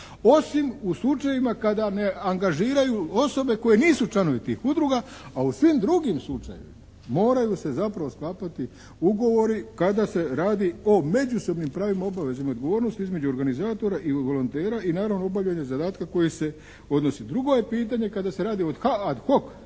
Osim u slučajevima kada ne angažiraju osobe koje nisu članovi tih udruga. A u svim drugim slučajevima moraju se zapravo sklapati ugovori kada se radi o međusobnim pravima, obavezama i odgovornosti između organizatora i volontera i naravno obavljanja zadatka koji se odnosi. Drugo je pitanje kada se radi o «ad hoc»